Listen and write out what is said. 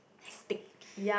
hectic